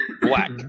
black